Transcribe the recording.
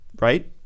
right